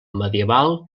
medieval